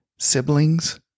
siblings